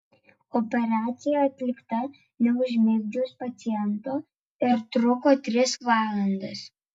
operacija atlikta neužmigdžius paciento ir truko tris valandas